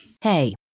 Hey